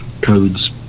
codes